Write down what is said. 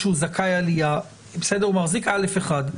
א1, שהוא זכאי עלייה, הוא מחזיק א1,